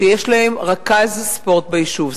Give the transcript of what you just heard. שיש להם רכז ספורט ביישוב.